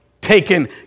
taken